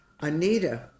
Anita